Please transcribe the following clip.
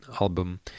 album